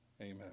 amen